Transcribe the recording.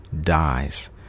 dies